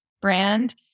brand